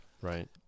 Right